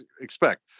expect